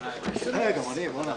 הישיבה ננעלה בשעה 16:30.